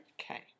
Okay